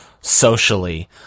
socially